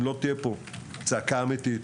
אם לא תהיה פה צעקה אמיתית,